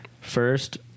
first